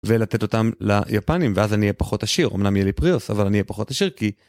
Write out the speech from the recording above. ולתת אותם ליפנים ואז אני אהיה פחות עשיר אמנם יהיה לי פריוס אבל אני אהיה פחות עשיר כי.